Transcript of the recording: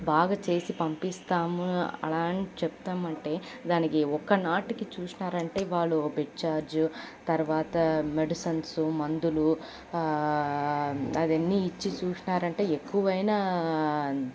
బాగా చేసి పంపిస్తాము అలా అని చెప్తామంటే దానికి ఒక నాటికీ చూశారంటే వాళ్ళు బెడ్ ఛార్జు తర్వాత మెడిషన్సు మందులు అవన్నీ ఇచ్చి చూశారంటే ఎక్కువైనా